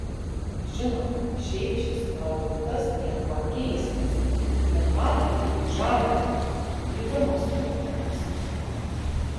žinoma šiaip šis produktas niekuo keistas bet valgyti jį žalią įdomus sprendimas